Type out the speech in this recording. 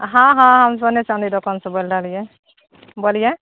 हँ हँ हम सोने चाँदी दोकान से बोलि रहलिऐ बोलिए